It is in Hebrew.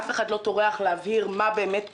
אף אחד לא טורח להבהיר מה באמת קורה,